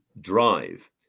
drive